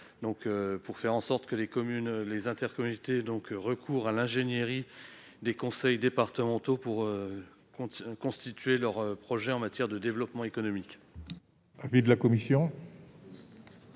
Franck Menonville. Les intercommunalités recourent à l'ingénierie des conseils départementaux pour établir leurs projets en matière de développement économique.